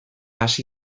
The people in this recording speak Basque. hasi